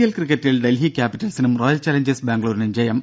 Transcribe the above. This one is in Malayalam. എൽ ക്രിക്കറ്റിൽ ഡൽഹി ക്യാപ്പിറ്റൽസിനും റോയൽ ചലഞ്ചേഴ്സ് ബാംഗ്ലൂരിനും ജയം